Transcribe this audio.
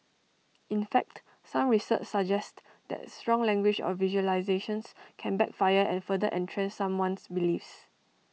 in fact some research suggests that strong language or visualisations can backfire and further entrench someone's beliefs